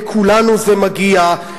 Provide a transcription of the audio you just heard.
לכולנו זה מגיע,